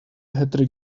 hectic